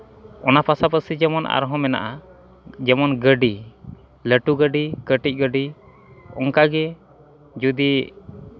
ᱚᱱᱟ ᱯᱟᱥᱟᱯᱟᱥᱤ ᱡᱮᱢᱚᱱ ᱟᱨᱦᱚᱸ ᱢᱮᱱᱟᱜᱼᱟ ᱡᱮᱢᱚᱱ ᱜᱟᱹᱰᱤ ᱞᱟᱹᱴᱩ ᱜᱟᱹᱰᱤ ᱠᱟᱹᱴᱤᱡ ᱜᱟᱹᱰᱤ ᱚᱱᱠᱟ ᱜᱮ ᱡᱚᱫᱤ